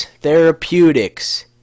Therapeutics